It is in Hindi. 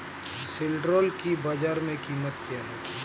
सिल्ड्राल की बाजार में कीमत क्या है?